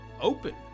open